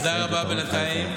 תודה רבה בינתיים.